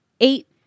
eight